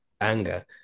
anger